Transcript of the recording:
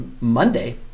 monday